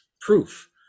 proof